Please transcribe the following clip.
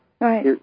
Right